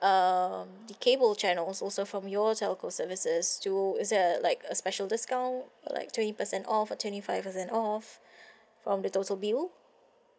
um the cable channels also from yours telco services to is there like a special discount like twenty percent off or twenty five percent off from the total bill